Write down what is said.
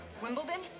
Wimbledon